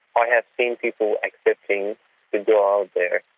i have seen people accepting to go out there,